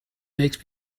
makes